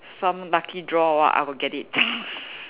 some lucky draw I will get it